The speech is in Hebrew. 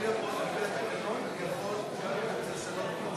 על-פי התקנון אני יכול